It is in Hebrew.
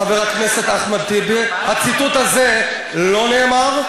חבר הכנסת אחמד טיבי: הציטוט הזה לא נאמר.